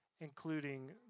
including